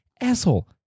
asshole